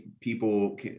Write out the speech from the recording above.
people